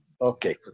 Okay